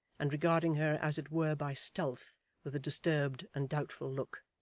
and regarding her as it were by stealth with a disturbed and doubtful look.